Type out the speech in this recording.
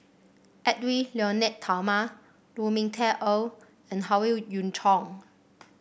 Edwy Lyonet Talma Lu Ming Teh Earl and Howe Yoon Chong